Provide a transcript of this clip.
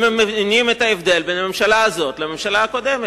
אם הם מבינים את ההבדל בין הממשלה הזאת לממשלה הקודמת,